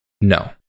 No